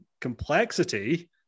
complexity